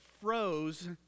froze